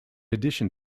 addition